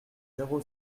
zéro